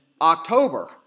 October